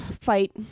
fight